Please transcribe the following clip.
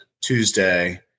Tuesday